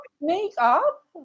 Make-up